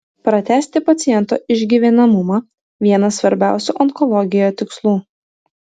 pratęsti paciento išgyvenamumą vienas svarbiausių onkologijoje tikslų